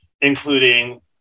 including